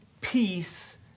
peace